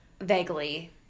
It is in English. Vaguely